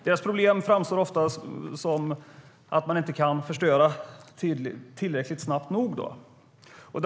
Deras problem framstår ofta som att man inte kan förstöra tillräckligt mycket snabbt nog.